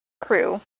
crew